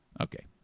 Okay